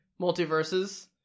multiverses